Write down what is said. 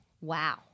Wow